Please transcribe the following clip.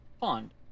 pond